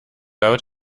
out